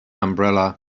umbrella